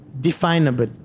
definable